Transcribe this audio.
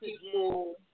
people